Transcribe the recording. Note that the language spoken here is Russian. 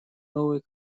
новой